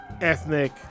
ethnic